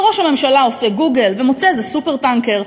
וראש הממשלה עושה גוגל ומוצא איזה "סופר-טנקר"